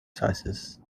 sizes